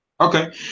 okay